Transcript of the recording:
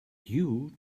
you